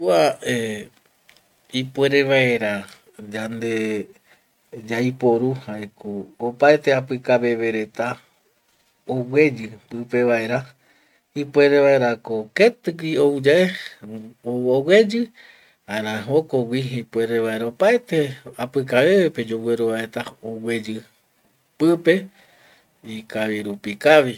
Kua eh ipuere vaera yande yaiporu jaeko opaete apikaveve reta ogueyi pipevaera ipuere vaerako ketigui ouyae ou ogueyi jaema jokogui ipuere vaera opaete apikavevepe yogueruva reta ogueyi pipe ikavi rupi kavi